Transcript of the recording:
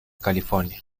california